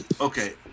okay